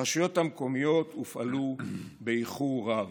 הרשויות המקומיות הופעלו באיחור רב.